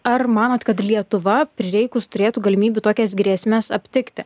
ar manot kad lietuva prireikus turėtų galimybių tokias grėsmes aptikti